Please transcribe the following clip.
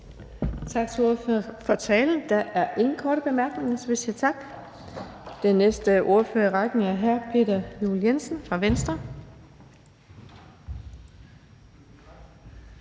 Tak til ordføreren for talen. Der er ingen korte bemærkninger. Den næste ordfører i rækken er hr. Peter Juel-Jensen fra Venstre.